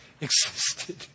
existed